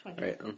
right